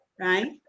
Right